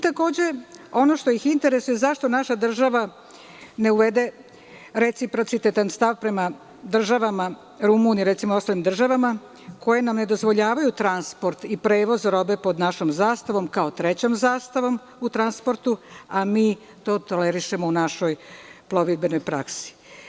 Takođe, ono što ih interesuje zašto naša država ne uvede reciprocitetan stav prema državama Rumunije recimo i ostalim državama koje nam ne dozvoljavaju transport i prevoz robe pod našom zastavom kao trećom zastavom u transportu, a mi to tolerišemo u našoj plovidbenoj praksi.